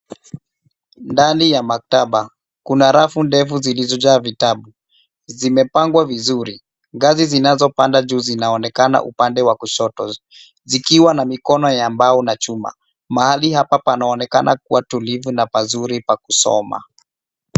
Ndani ya maktaba kuna rafu ndefu zilizojaa vitabu zimepangwa vizuri. Ngazi zinazopanda juu zinaonekana upande wa kushoto, zikiwa na mikono ya mbao na chuma. Mahali hapa panaonekana kuwa tulivu na pazuri pa kusoma.